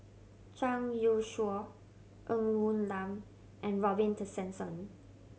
Zhang Youshuo Ng Woon Lam and Robin Tessensohn